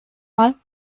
mal